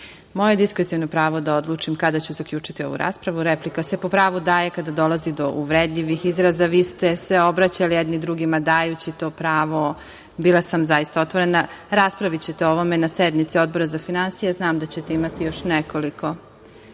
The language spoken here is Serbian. Moje diskreciono pravo je da odlučim kada ću zaključiti ovu raspravu. Replika se po pravu daje kada dolazi do uvredljivih izraza. Vi ste se obraćali jedni drugima dajući to pravo, bila sam zaista otvorena. Raspravićete o ovome na sednici Odbora za finansije, znam da ćete imati još nekoliko.(Vojislav